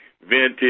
vintage